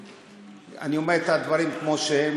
אני אומר את הדברים כמו שהם,